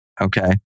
Okay